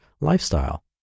lifestyle